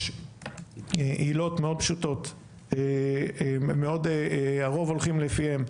יש עילות מאוד פשוטות, הרוב הולכים לפיהם.